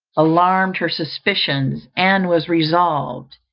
alarmed her suspicions, and was resolved,